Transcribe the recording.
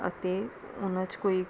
ਅਤੇ ਉਹਨਾਂ 'ਚ ਕੋਈ